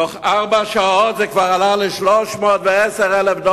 תוך ארבע שעות זה כבר עלה ל-310,000 דולר,